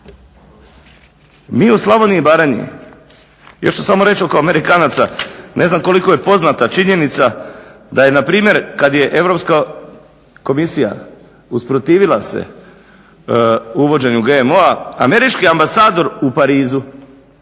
Mi u Slavoniji i Baranji, još ću samo reći oko Amerikanaca, ne znam koliko je poznata činjenica da je npr. kad je Europska komisija usprotivila se uvođenju GMO-a, američki ambasador u Parizu